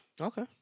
Okay